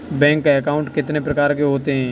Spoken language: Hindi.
बैंक अकाउंट कितने प्रकार के होते हैं?